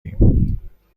ایم